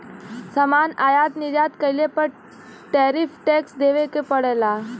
सामान आयात निर्यात कइले पर टैरिफ टैक्स देवे क पड़ेला